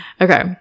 okay